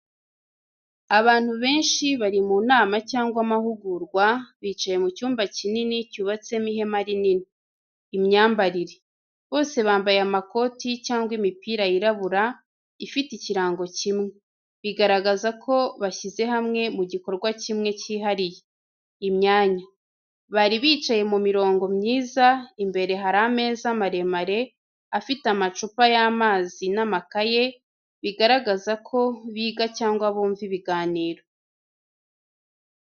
Abantu benshi bari mu nama cyangwa amahugurwa, bicaye mu cyumba kinini cyubatsemo ihema rinini. Imyambarire: Bose bambaye amakoti cyangwa imipira yirabura, ifite ikirango kimwe, bigaragaza ko bashyize hamwe mu gikorwa kimwe cyihariye. Imyanya: Bari bicaye mu mirongo myiza, imbere hari ameza maremare afite amacupa y’amazi n’amakaye, bigaragaza ko biga cyangwa bumva ibiganiro.